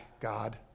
God